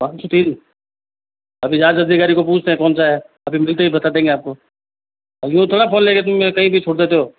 पाँच सौ तीन अभी जाँच अधिकारी को पूछते हैं कौन सा है अभी मिलते ही बता देंगे आपको अब यू तो ना फोन लेकर तुम कहीं भी छोड़ देते हो